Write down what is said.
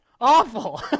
awful